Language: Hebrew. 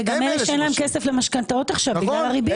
וגם אלה שאין להם כסף למשכנתאות עכשיו בגלל הריבית.